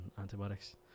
antibiotics